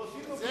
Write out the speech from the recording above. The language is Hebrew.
יש